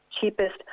cheapest